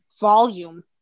volume